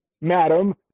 madam